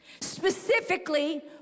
specifically